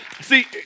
See